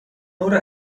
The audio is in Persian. نور